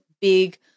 big